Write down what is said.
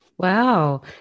Wow